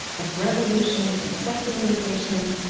of revolutions and secularization,